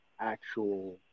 actual